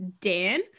Dan